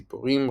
ציפורים,